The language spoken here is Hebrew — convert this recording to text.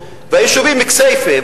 והיישובים כסייפה,